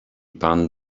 pan